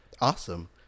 Awesome